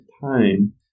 time